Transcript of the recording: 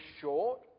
short